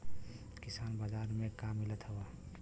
किसान बाजार मे का मिलत हव?